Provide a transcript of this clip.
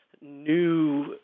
new